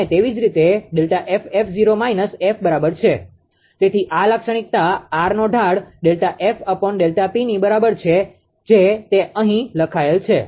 અને તેવી જ રીતે ΔF 𝑓0 − 𝑓 બરાબર છે તેથી આ લાક્ષણિકતા આરનો ઢાળ ΔF ΔP ની બરાબર છે જે તે અહીં લખાયેલ છે